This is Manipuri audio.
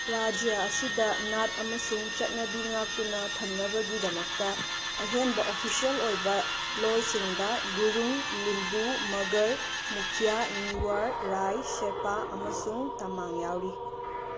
ꯔꯥꯖ꯭ꯌ ꯑꯁꯤꯗ ꯅꯥꯠ ꯑꯃꯁꯨꯡ ꯆꯠꯅꯕꯤ ꯉꯥꯛꯇꯨꯅ ꯊꯝꯅꯕꯒꯤꯗꯃꯛꯇ ꯑꯍꯦꯟꯕ ꯑꯣꯐꯤꯁ꯭ꯌꯦꯜ ꯑꯣꯏꯕ ꯂꯣꯜꯁꯤꯡꯗ ꯒꯨꯔꯨꯡ ꯂꯤꯝꯕꯨ ꯃꯒꯔ ꯃꯨꯈꯤꯌꯥ ꯅꯤꯋꯔ ꯔꯥꯏ ꯁꯦꯔꯄꯥ ꯑꯃꯁꯨꯡ ꯇꯃꯥꯡ ꯌꯥꯎꯔꯤ